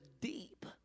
deep